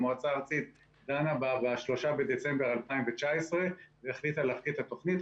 המועצה הארצית דנה בה ב-3 בדצמבר 2019 והחליטה להפקיד את התוכנית.